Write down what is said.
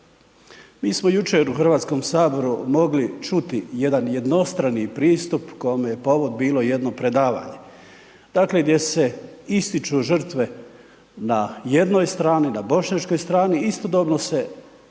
Mi smo jučer u Hrvatskom saboru mogli čuti jedan jednostrani pristup kome je povod bilo jedno predavanje dakle gdje se ističu žrtve na jednoj strani, na bošnjačkoj strani istodobno se